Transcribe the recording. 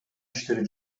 иштери